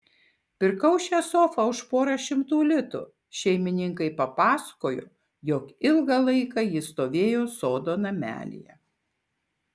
pirkau šią sofą už porą šimtų litų šeimininkai pasakojo jog ilgą laiką ji stovėjo sodo namelyje